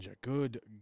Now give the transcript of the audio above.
Good